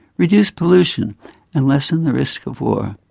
reduce pollution and lessen the risk of war.